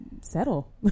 settle